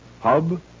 Hub